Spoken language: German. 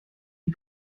die